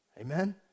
amen